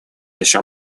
еще